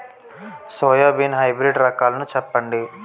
Soybean hybrid రకాలను చెప్పండి?